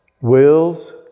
wills